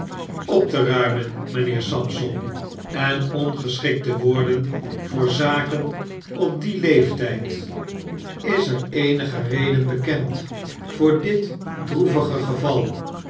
op te ruimen mynheer sampson en ongeschikt te worden voor zaken op dien leeftyd is er eenige reden bekend voor dit droevigegeval